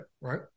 right